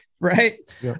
right